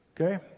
Okay